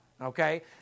okay